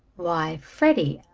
why, freddie,